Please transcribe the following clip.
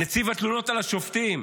נציב התלונות על השופטים,